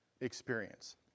experience